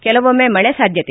ಕೆಲವೊಮ್ಮೆ ಮಳೆ ಸಾಧ್ಯತೆ